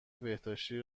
بهداشتی